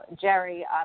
Jerry